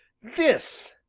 this,